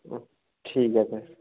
হুম ঠিক আছে